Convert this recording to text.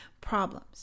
problems